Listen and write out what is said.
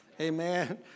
Amen